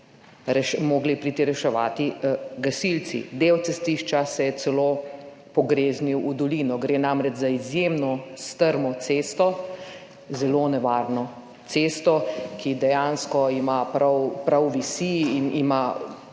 morali priti reševat gasilci. Del cestišča se je celo pogreznil v dolino. Gre namreč za izjemno strmo cesto, zelo nevarno cesto, ki dejansko prav visi in ima